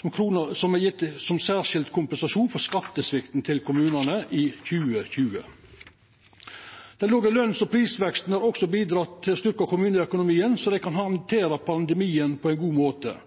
kr som er gjevne som ein særskild kompensasjon for skattesvikten til kommunane i 2020. Den låge løns- og prisveksten har også bidrege til å styrkja kommuneøkonomien, så dei kan handtera pandemien på ein god måte.